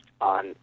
on